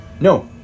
no